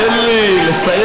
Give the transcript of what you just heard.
תן לי לסיים.